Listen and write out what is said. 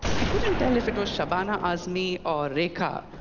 i couldn't tell if it was shabana azmi or rekha,